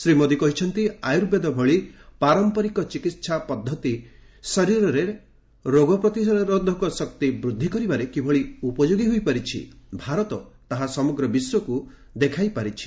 ଶ୍ରୀ ମୋଦୀ କହିଛନ୍ତି ଆର୍ୟବେଦ ଭଳି ପାରମ୍ପରିକ ଚିକିତ୍ସା ପଦ୍ଧତି ଶରୀରର ରୋଗ ପ୍ରତିରୋଧକ ଶକ୍ତି ବୃଦ୍ଧି କରିବାରେ କିଭଳି ଉପଯୋଗୀ ହୋଇପାରିଛି ଭାରତ ତାହା ସମଗ୍ର ବିଶ୍ୱକୁ ଦେଖାଇପାରିଛି